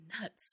nuts